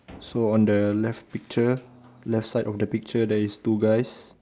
so on the left picture left side of the picture there is two guys